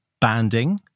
banding